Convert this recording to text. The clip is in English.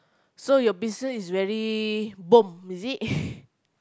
so your business is very bomb